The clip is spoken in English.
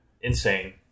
Insane